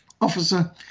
officer